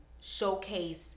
showcase